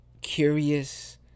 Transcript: curious